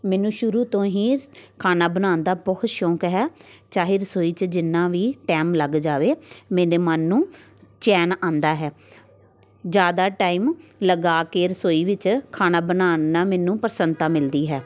ਮੈਨੂੰ ਸ਼ੁਰੂ ਤੋਂ ਹੀ ਖਾਣਾ ਬਣਾਉਣ ਦਾ ਬਹੁਤ ਸ਼ੌਕ ਹੈ ਚਾਹੇ ਰਸੋਈ 'ਚ ਜਿੰਨਾ ਵੀ ਟੈਮ ਲੱਗ ਜਾਵੇ ਮੇਰੇ ਮਨ ਨੂੰ ਚੈਨ ਆਉਂਦਾ ਹੈ ਜ਼ਿਆਦਾ ਟਾਈਮ ਲਗਾ ਕੇ ਰਸੋਈ ਵਿੱਚ ਖਾਣਾ ਬਣਾਉਣ ਨਾਲ ਮੈਨੂੰ ਪ੍ਰਸੰਨਤਾ ਮਿਲਦੀ ਹੈ